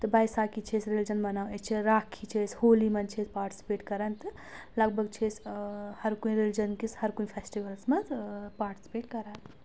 تہٕ بَیساکِھی چھِ أسۍ رِلِجَن بَناوان أسۍ چھِ راکِھی چھِ أسۍ ہولِی منٛز چھِ أسۍ پاٹسپیٹ کَران تہٕ لگ بگ چھِ أسۍ ہر کُنہِ رِلِجَن کِس ہر کُنہِ فیسٹِولَس منٛز پاٹسپیٹ کَران